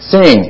Sing